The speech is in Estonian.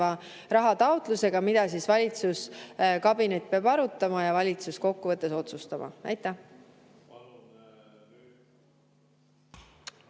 raha taotlusega, mida valitsuskabinet peab arutama ja valitsus kokkuvõttes otsustama. Aitäh!